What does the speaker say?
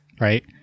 right